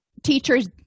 Teachers